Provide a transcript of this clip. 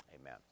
Amen